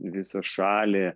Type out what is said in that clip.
visą šalį